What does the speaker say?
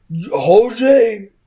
Jose